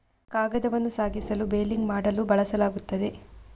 ಕಾಗದವನ್ನು ಸಾಗಿಸಲು ಬೇಲಿಂಗ್ ಮಾಡಲು ಬಳಸಲಾಗುತ್ತದೆ